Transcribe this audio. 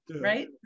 right